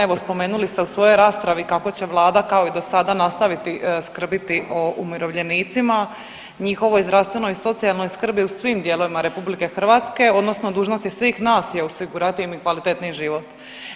Evo, spomenuli ste u svojoj raspravi kako će Vlada kao i do sada nastaviti skrbiti o umirovljenicima, njihovoj zdravstvenoj, socijalnoj skrbi u svim dijelovima RH odnosno dužnost je svih nas je osigurati im kvalitetniji život.